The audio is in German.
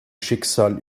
schicksal